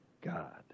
God